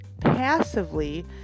passively